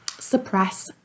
suppress